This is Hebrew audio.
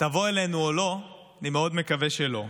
תבוא אלינו או לא, אני מאוד מקווה שלא,